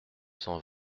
cent